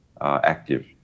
active